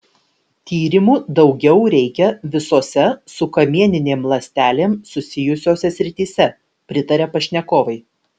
tyrimų daugiau reikia visose su kamieninėm ląstelėm susijusiose srityse pritaria pašnekovai